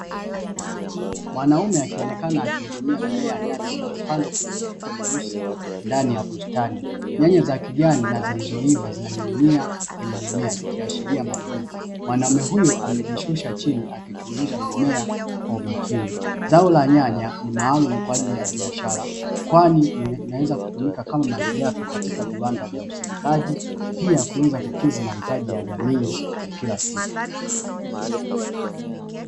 Mwanaume akionekana akihudumia mimea ya nyanya iliyopandwa kwenye mifuko meusi ndani ya bustani, nyanya za kijani na zilizoiva zinaning'inia kwenye mimea zikiashiria mavuno mwanaume huyu amejishusha chini akichunguza mimea kwa umakini. Zao la nyanya ni maalumu kwa ajili ya biashara kwani linaweza kutumika kama malighafi katika viwanda vya usindikaji pia kuweza kukidhi mahitaji ya jamii ya kila siku.